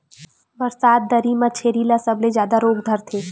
बरसात दरी म छेरी ल सबले जादा रोग धरथे